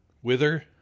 Whither